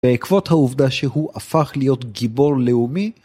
בעקבות העובדה שהוא הפך להיות גיבור לאומי